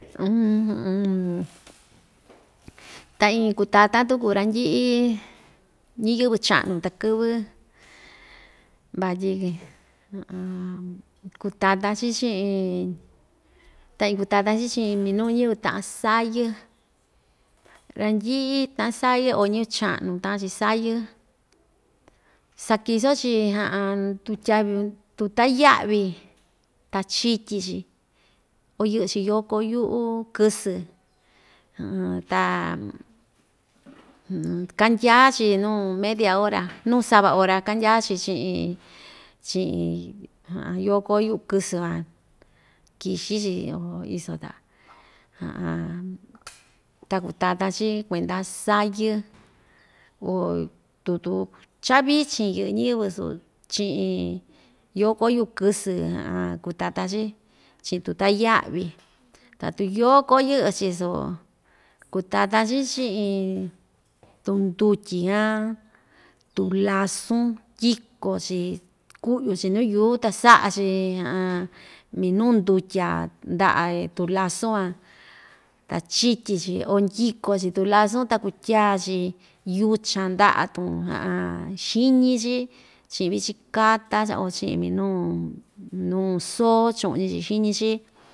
ta iin kutatan tuku randyi'i ñiyɨvɨ cha'nu takɨ́vɨ vatyi kutatan‑chi chi'in ta iin kutatan‑chi chi'in iin minu ñɨvɨ ta'an sayɨ randyi'i ta'an sayɨ o ñɨvɨ cha'nu ta'an‑chi sayɨ sakiso‑chi ndutya ya'vi ta chityi‑chi o yɨ'ɨ‑chi yokó yu'u kɨsɨ ta kandyaa‑chi nuu media ora, nuu sava ora kandyaa‑chi chi'in chi'in yóko yu'u kɨsɨ van kixi‑chi o iso ta ta kutatan‑chi kuenda sayɨ o tutu chavichin yɨ'ɨ ñɨvɨ su chi'i yóko yu'u kɨsɨ kutatan‑chi chi tuta ya'vi tatu yóko yɨ'ɨ‑chi soko kutatan‑chi chi'in tundutyi jan tulasun ndyiko‑chi ku'yu‑chi nuu yuu ta sa'a‑chi minu ndutya nda'a tulasun van ta chityi‑chi o ndyiko‑chi tulasun ta kutyaa‑chi yuchan nda'atun xiñi‑chi chi'in vichi katá o chi'in minu nuu soo chu'ñi‑chi xiñi‑chi.